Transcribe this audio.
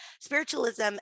Spiritualism